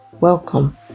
welcome